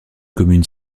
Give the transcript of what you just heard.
commune